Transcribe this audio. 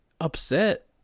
upset